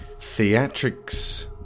theatrics